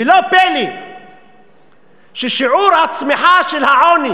ולא פלא ששיעור הצמיחה של העוני